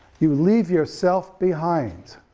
you leave yourself behind.